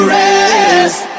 rest